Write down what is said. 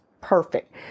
perfect